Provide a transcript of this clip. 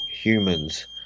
humans